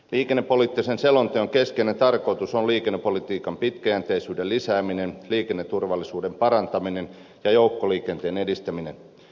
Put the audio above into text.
liikennepoliittisen selonteon keskeinen tarkoitus on liikennepolitiikan pitkäjänteisyyden lisääminen liikenneturvallisuuden parantaminen ja joukkoliikenteen edistäminen